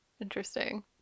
Interesting